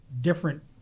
different